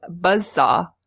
Buzzsaw